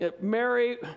Mary